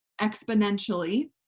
exponentially